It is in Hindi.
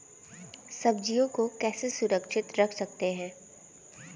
सब्जियों को कैसे सुरक्षित रख सकते हैं?